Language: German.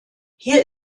hier